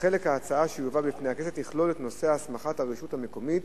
שחלק ההצעה שיובא בפני הכנסת יכלול את נושא הסמכת הרשות המקומית